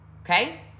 Okay